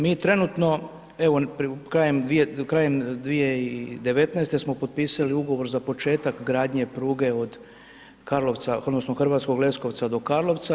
Mi trenutno, evo, krajem 2019. smo potpisali ugovor za početak gradnje pruge od Karlovca, odnosno Hrvatskog Leskovca do Karlovca.